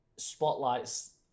Spotlights